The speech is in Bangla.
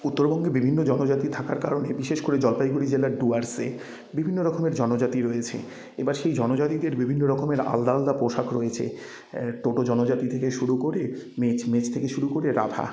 উত্তরবঙ্গে বিভিন্ন জনজাতি থাকার কারণে বিশেষ করে জলপাইগুড়ি জেলার ডুয়ার্সে বিভিন্ন রকমের জনজাতি রয়েছে এবার সেই জনজাতিদের বিভিন্ন রকমের আলাদা আলাদা পোশাক রয়েছে টোটো জনজাতি থেকে শুরু করে মেচ মেচ থেকে শুরু করে রাভা